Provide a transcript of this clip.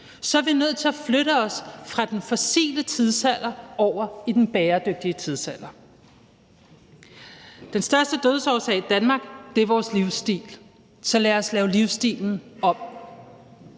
er vi nødt til at flytte os fra den fossile tidsalder over i den bæredygtige tidsalder. Den største dødsårsag i Danmark er vores livsstil. Så lad os lave livsstilen om.